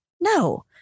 No